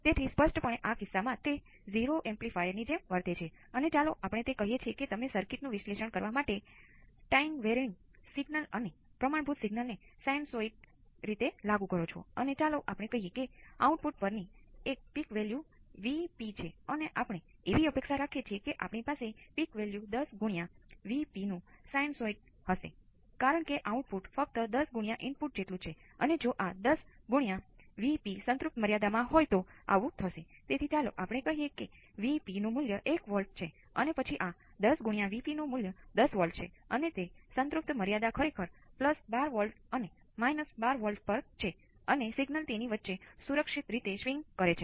તેથી આ માન્ય રહેશે અને આ તફાવત સ્ટેપ નું સંયોજન છે અને ક્યાં શું થાય છે તે નિર્દેશ કરે છે